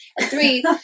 Three